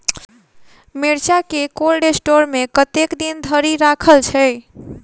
मिर्चा केँ cold store मे कतेक दिन धरि राखल छैय?